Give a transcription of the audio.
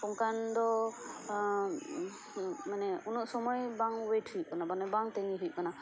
ᱚᱱᱠᱟᱱ ᱫᱚ ᱢᱟᱱᱮ ᱩᱱᱟᱹᱜ ᱥᱚᱢᱚᱭ ᱵᱟᱝ ᱚᱭᱮᱴ ᱦᱩᱭᱩᱜ ᱠᱟᱱᱟ ᱢᱟᱱᱮ ᱵᱟᱝ ᱛᱟᱹᱜᱤ ᱦᱩᱭᱩᱜ ᱠᱟᱱᱟ